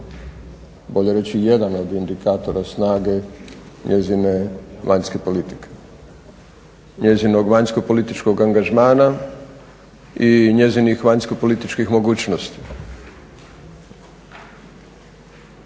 bolji reći jedan od indikatora snage njezine vanjske politike, njezinog vanjskog političkog angažmana i njezinih vanjsko političkih mogućnosti.